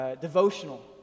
devotional